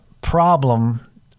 problem